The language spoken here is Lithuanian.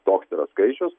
toks yra skaičius